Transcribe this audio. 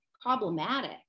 problematic